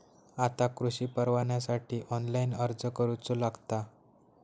आता कृषीपरवान्यासाठी ऑनलाइन अर्ज करूचो लागता